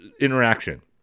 interaction